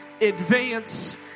advance